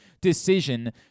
decision